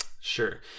Sure